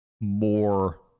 more